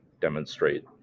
demonstrate